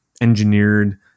engineered